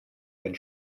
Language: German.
den